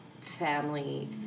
family